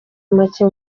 make